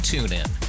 TuneIn